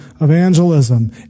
evangelism